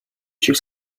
шиг